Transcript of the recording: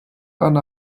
eine